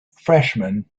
freshmen